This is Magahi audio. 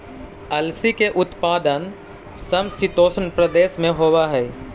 अलसी के उत्पादन समशीतोष्ण प्रदेश में होवऽ हई